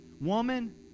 woman